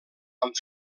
amb